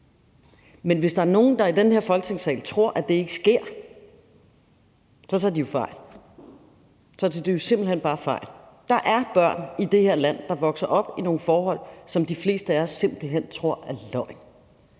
Men hvis der er nogen, der i den her Folketingssal tror, at det ikke sker, tager de fejl; så tager de jo simpelt hen bare fejl. Der er børn i det her land, der vokser op i nogle forhold, som de fleste af os simpelt hen tror er løgn,